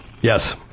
yes